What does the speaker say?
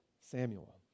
Samuel